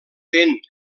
fent